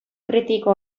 kritiko